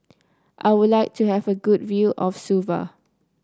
I would like to have a good view of Suva